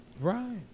Right